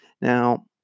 Now